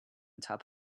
top